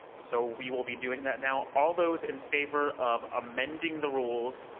so we will be doing that now. all those in favor of amending the rules,